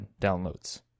downloads